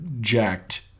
jacked